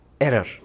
error